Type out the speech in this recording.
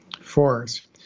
force